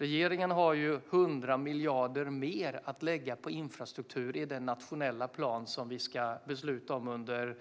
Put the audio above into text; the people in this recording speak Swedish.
Regeringen har 100 miljarder mer att lägga på infrastruktur i den nationella plan som vi ska besluta om under